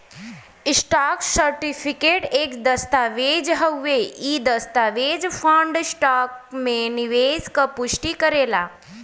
stock certificate एक दस्तावेज़ हउवे इ दस्तावेज बॉन्ड, स्टॉक में निवेश क पुष्टि करेला